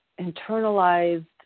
internalized